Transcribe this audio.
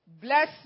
Bless